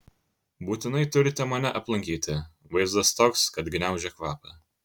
būtinai turite mane aplankyti vaizdas toks kad gniaužia kvapą